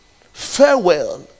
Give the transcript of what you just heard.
farewell